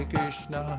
Krishna